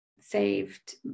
saved